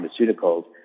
pharmaceuticals